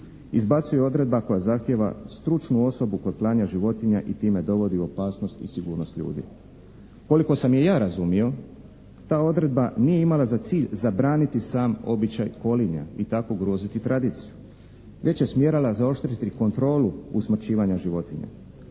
izbacuje odredba koja zahtijeva stručnu osobu kod klanja životinja i time dovodi u opasnost i sigurnost ljudi. Koliko sam je razumio, ta odredba nije imala za cilj zabraniti sam običaj kolinja i tako ugroziti tradiciju, već je smjerala zaoštriti kontrolu usmrćivanja životinja.